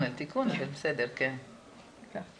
סעיף 2,